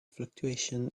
fluctuation